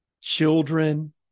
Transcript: children